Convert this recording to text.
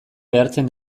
behartzen